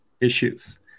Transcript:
issues